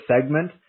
segment